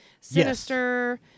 sinister